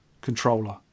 controller